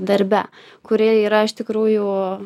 darbe kurie yra iš tikrųjų